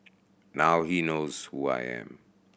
now he knows who I am